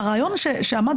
הרעיון שעמד,